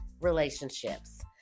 relationships